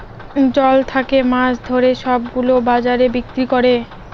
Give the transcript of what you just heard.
জল থাকে মাছ ধরে সব গুলো বাজারে বিক্রি করে